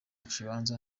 kibanza